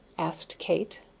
asked kate.